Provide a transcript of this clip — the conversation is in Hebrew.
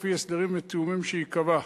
לפי הסדרים ותיאומים שיקבע,